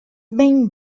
main